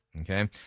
Okay